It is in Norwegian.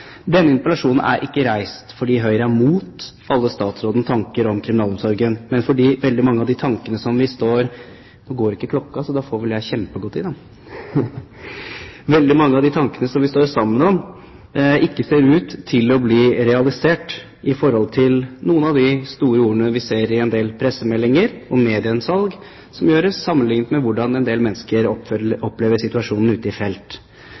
Denne interpellasjonen er ikke reist fordi Høyre er imot alle statsrådens tanker om kriminalomsorgen, men fordi veldig mange av de tankene som vi står sammen om, ikke ser ut til å bli realisert i forhold til noen av de store ordene vi ser i en del pressemeldinger og medieinnslag sammenlignet med hvordan en del mennesker opplever situasjonen ute i